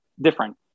different